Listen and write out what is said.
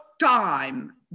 time